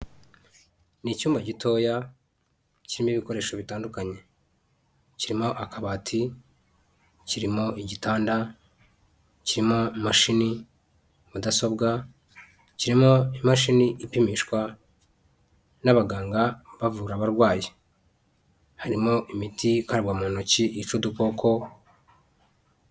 Ni icyumba gitoya kirimo ibikoresho bitandukanye, kirimo akabati, kirimo igitanda, kirimo mashini, mudasobwa, kirimo imashini ipimishwa n'abaganga bavura abarwayi, harimo imiti ikarabwa mu ntoki yica udukoko.